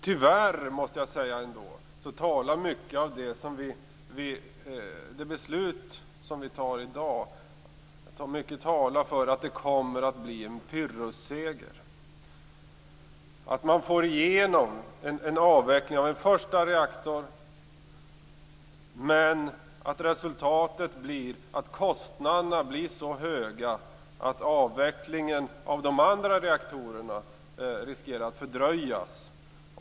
Tyvärr, måste jag ändå säga, talar mycket av det beslut som vi fattar i dag för att det kommer att bli en pyrrusseger, att man får igenom en avveckling av en första reaktor men att resultatet blir att kostnaderna blir så höga att avvecklingen av de andra reaktorerna riskerar att fördröjas.